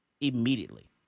immediately